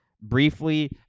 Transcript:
briefly